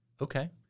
okay